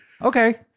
Okay